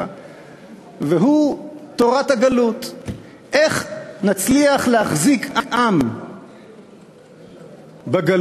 הוא תורת הגלות: איך נצליח להחזיק עם בגלות